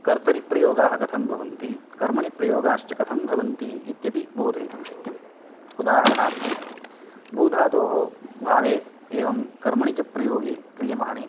कर्तरिप्रयोगाः कथं भवन्ति कर्मणिप्रयोगाश्च कथं भवन्ति इत्यपि बोधयितुं शक्यं उदाहरणार्थं भू धातोः भावे एवं कर्मणि च प्रयोगे क्रियमाणे